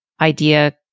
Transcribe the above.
idea